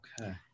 Okay